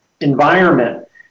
environment